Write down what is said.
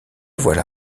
voilà